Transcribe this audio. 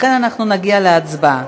לכן אנחנו נגיע להצבעה,